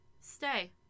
stay